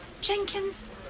Jenkins